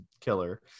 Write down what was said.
killer